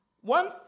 one